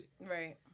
Right